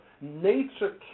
Nature